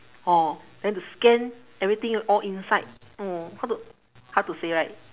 orh then to scan everything all inside orh how to how to say right